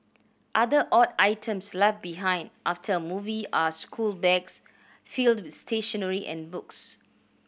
other odd items left behind after a movie are school bags filled with stationery and books